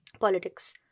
politics